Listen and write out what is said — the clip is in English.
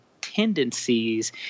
tendencies